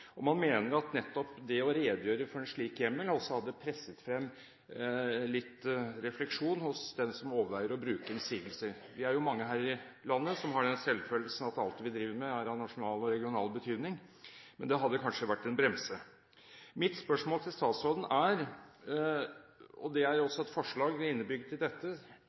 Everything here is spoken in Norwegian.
på. Man mener at nettopp det å redegjøre for en slik hjemmel, også hadde presset frem litt refleksjon hos den som overveier å bruke innsigelse. Vi er mange her i landet som har den selvfølelsen, at alt vi driver med, er av nasjonal og regional betydning. Men det hadde kanskje vært en brems. I mitt spørsmål til statsråden er det også innebygget et forslag. Det er nemlig et